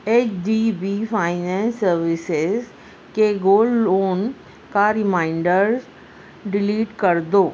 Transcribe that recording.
H D B finance services کے gold loan کا reminder delete کر دو